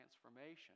transformation